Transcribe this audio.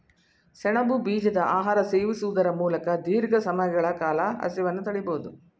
ಸೆಣಬು ಬೀಜದ ಆಹಾರ ಸೇವಿಸುವುದರ ಮೂಲಕ ದೀರ್ಘ ಸಮಯಗಳ ಕಾಲ ಹಸಿವನ್ನು ತಡಿಬೋದು